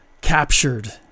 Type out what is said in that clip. captured